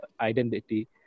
identity